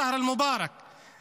החודש המבורך הזה.